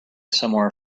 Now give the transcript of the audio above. somewhere